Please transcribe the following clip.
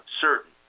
certain